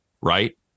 right